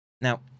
Now